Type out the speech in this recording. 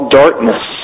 darkness